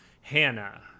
Hannah